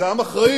זה עם אחראי.